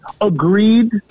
agreed